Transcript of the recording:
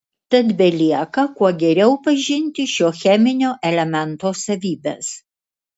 tad belieka kuo geriau pažinti šio cheminio elemento savybes